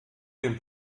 dem